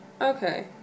Okay